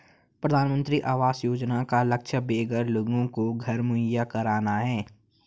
प्रधानमंत्री आवास योजना का लक्ष्य बेघर लोगों को घर मुहैया कराना है